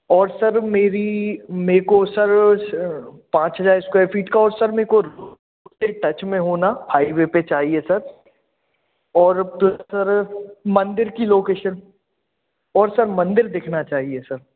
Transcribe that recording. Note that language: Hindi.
और सर मेरी मेरे को सर पाँच हज़ार स्क्वायर फ़ीट का और सर मेरे को एक टच में होना हाइवे पर चाहिए सर और प सर मंदिर की लोकेशन और सर मंदिर दिखना चाहिए सर